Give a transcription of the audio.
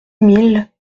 mille